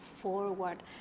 forward